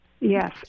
Yes